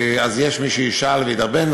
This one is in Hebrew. אז יש מי שישאל וידרבן,